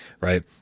right